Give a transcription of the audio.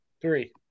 Three